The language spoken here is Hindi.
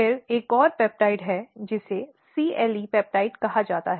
फिर एक और पेप्टाइड्स है जिसे CLE पेप्टाइड्स कहा जाता है